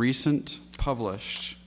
recent publish